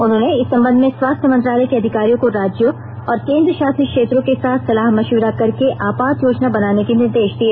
उन्होंने इस संबंध में स्वास्थ्य मंत्रालय के अधिकारियों को राज्यों और केंद्र शासित क्षेत्रों के साथ सलाह मशविरा करके आपात योजना बनाने के निर्देश दिए